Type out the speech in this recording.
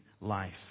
life